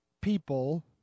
people